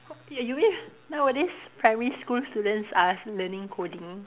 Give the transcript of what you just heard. y~ you mean nowadays primary school students are learning coding